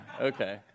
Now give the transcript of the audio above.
okay